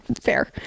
fair